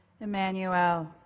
Emmanuel